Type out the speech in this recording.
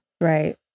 right